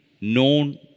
known